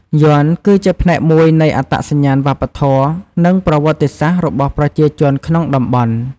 យ័ន្ត គឺជាផ្នែកមួយនៃអត្តសញ្ញាណវប្បធម៌ និងប្រវត្តិសាស្ត្ររបស់ប្រជាជនក្នុងតំបន់។